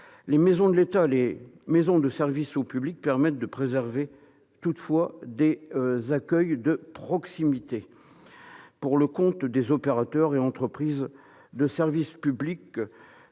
Les maisons de l'État et les maisons de services au public permettent de préserver toutefois des accueils de proximité pour le compte des opérateurs et entreprises de services publics